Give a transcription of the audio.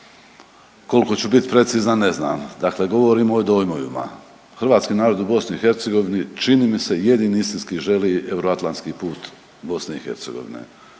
Koliko ću biti precizan ne znam, dakle govorimo o dojmovima. Hrvatski narod u BiH čini mi se jedini istinski želi euroatlanski put BiH.